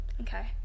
Okay